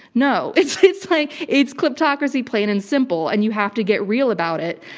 no. it's it's like, it's kleptocracy, plain and simple. and you have to get real about it.